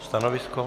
Stanovisko?